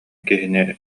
киһини